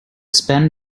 spend